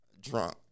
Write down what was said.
drunk